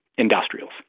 industrials